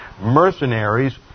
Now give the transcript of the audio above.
mercenaries